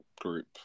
group